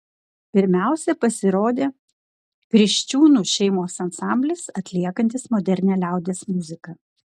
pirmiausiai pasirodė kriščiūnų šeimos ansamblis atliekantis modernią liaudies muziką